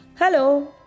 Hello